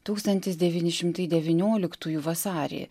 tūkstantis devyni šimtai devynioliktųjų vasarį